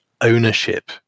ownership